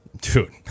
Dude